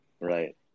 Right